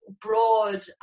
broad